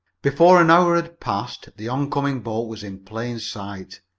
before an hour had passed the oncoming boat was in plain sight.